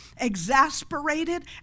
exasperated